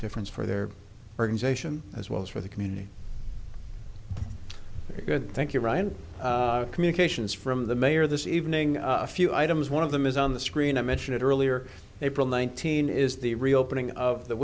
difference for their organization as well as for the community good thank you ryan communications from the mayor this evening a few items one of them is on the screen i mentioned earlier april nineteenth is the reopening of the